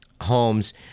homes